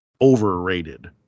overrated